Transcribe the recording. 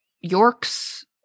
York's